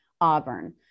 Auburn